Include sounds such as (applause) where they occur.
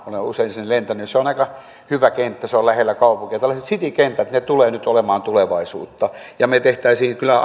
olen usein sinne lentänyt se on aika hyvä kenttä se on lähellä kaupunkia tällaiset citykentät tulevat nyt olemaan tulevaisuutta ja me tekisimme kyllä (unintelligible)